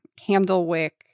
Candlewick